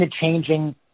changing